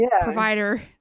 provider